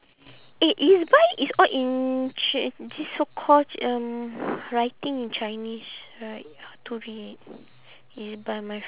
eh ezbuy is all in chi~ this so call um writing in chinese right how to read ezbuy my